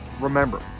Remember